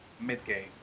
mid-game